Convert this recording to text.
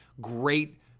great